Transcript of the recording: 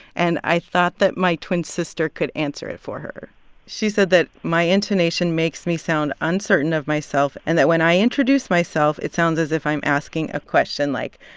and i thought that my twin sister could answer it for her she said that my intonation makes me sound uncertain of myself and that when i introduce myself, it sounds as if i'm asking a question. like,